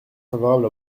favorable